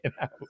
out